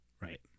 right